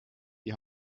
die